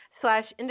slash